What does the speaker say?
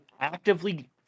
actively